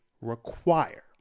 require